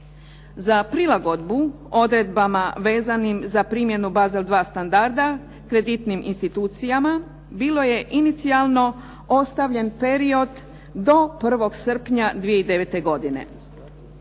Za prilagodbu odredbama vezanim za primjenu Basel 2 standarda kreditnim institucijama bilo je inicijalno ostavljen period do 1. srpnja 2009. godine.